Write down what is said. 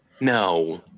No